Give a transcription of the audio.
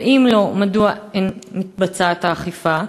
2. אם לא, מדוע לא מתבצעת האכיפה?